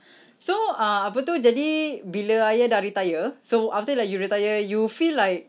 so ah apa tu jadi bila ayah dah retire so after dah you retire you feel like